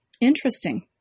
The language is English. interesting